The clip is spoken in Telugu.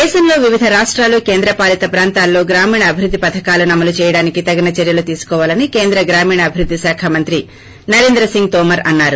దేశంలో వివిధ రాష్టాలు కేంద్ర పాలిత ప్రాంతాల్లో గ్రామీణ అభివృద్ధి పథకాలను అమలు చేయడానికి తగిన చర్యలు తీసుకోవాలని కేంద్ర గ్రామీణ అభివృద్గి శాఖ మంత్రి నరేంద్ర సింగ్ తోమర్ అన్నారు